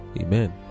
Amen